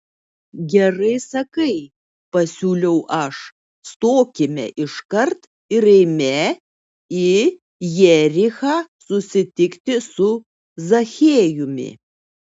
gerai sakai pasiūliau aš stokime iškart ir eime į jerichą susitikti su zachiejumi